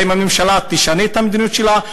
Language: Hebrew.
האם הממשלה תשנה את המדיניות שלה?